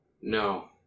No